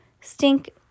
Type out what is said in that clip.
Stink